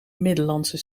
middellandse